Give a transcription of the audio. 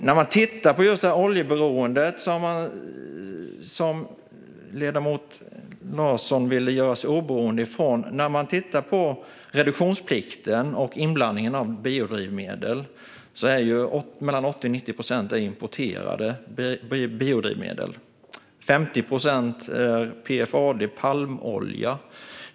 När det gäller oljeberoendet, som ledamoten Larsson vill göra sig av med, ser man, när man tittar på reduktionsplikten och inblandningen av biodrivmedel, att mellan 80 och 90 procent av biodrivmedlen importeras och att 50 procent utgörs av PFAD, palmolja.